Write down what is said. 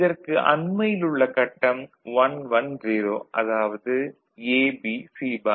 இதற்கு அண்மையில் உள்ள கட்டம் - 1 1 0 அதாவது A B C பார்